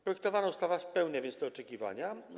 Projektowana ustawa spełnia te oczekiwania.